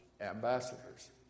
ambassadors